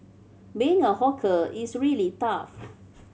being a hawker is really tough